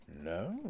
No